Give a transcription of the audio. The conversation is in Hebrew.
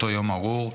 אותו יום ארור,